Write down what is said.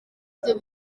byo